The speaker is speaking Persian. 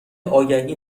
آگهی